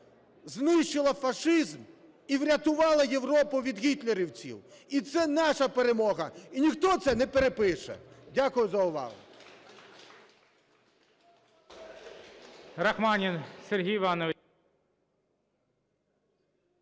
знищила фашизм і врятувала Європу від гітлерівців. І це наша перемога. І ніхто це не перепише. Дякую за увагу.